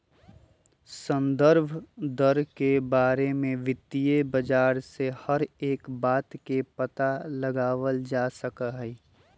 संदर्भ दर के बारे में वित्तीय बाजार से हर एक बात के पता लगावल जा सका हई